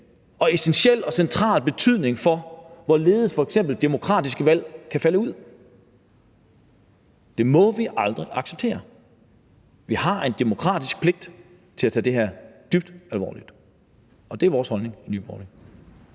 essentiel og central betydning for, hvorledes f.eks. demokratiske valg kan falde ud. Det må vi aldrig acceptere. Vi har en demokratisk pligt til at tage det her dybt alvorligt, og det er vores holdning i Nye Borgerlige.